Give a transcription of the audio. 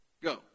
go